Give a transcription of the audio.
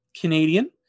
Canadian